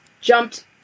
jumped